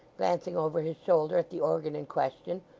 glancing over his shoulder at the organ in question,